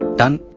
done!